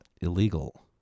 Illegal